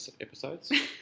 episodes